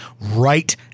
right